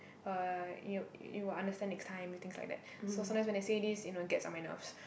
uh you you would understand next time you know things like that so sometimes when they say this you know it gets on my nerves